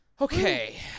Okay